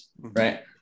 right